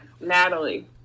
Natalie